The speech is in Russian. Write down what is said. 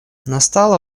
настало